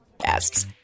asks